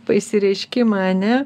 išsireiškimą ane